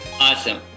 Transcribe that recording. Awesome